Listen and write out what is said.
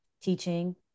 teaching